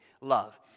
love